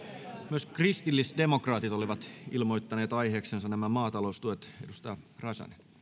myös kristillisdemokraatit olivat ilmoittaneet aiheekseen maataloustuet edustaja räsänen